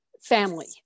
family